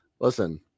Listen